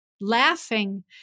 laughing